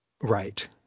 Right